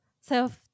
self